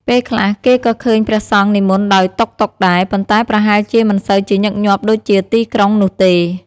ពេលខ្លះ គេក៏ឃើញព្រះសង្ឃនិមន្តដោយតុកតុកដែរ ប៉ុន្តែប្រហែលជាមិនសូវជាញឹកញាប់ដូចជាទីក្រុងនោះទេ។